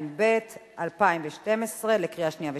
התשע"ב 2012, קריאה שנייה ושלישית.